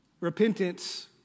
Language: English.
Repentance